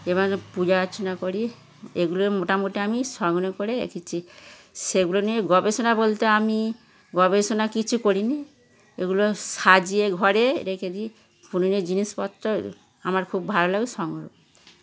এবং পূজা অর্চনা করি এগুলো মোটামুটি আমি সংগ্রহ করে রেখেছি সেগুলো নিয়ে গবেষণা বলতে আমি গবেষণা কিছু করিনি এগুলো সাজিয়ে ঘরে রেখে দিই পুরনো জিনিসপত্র আমার খুব ভালো লাগে সংগ্রহ করতে